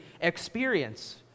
experience